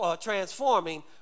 transforming